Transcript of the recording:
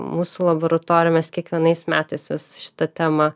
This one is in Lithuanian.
mūsų laboratorijoj mes kiekvienais metais vis šitą temą